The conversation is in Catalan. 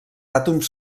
àtoms